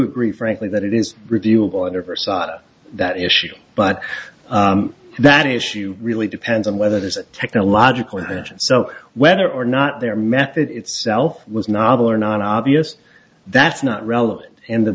agree frankly that it is reviewable i never saw that issue but that issue really depends on whether there's a technological advantage so whether or not their method itself was novel or not obvious that's not relevant in the